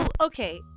Okay